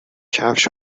کفش